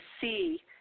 see